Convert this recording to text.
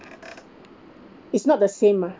it's not the same ah